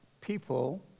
people